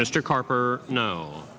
mr carper no